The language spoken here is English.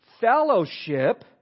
fellowship